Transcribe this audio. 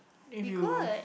if you